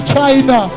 China